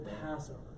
Passover